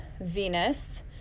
Venus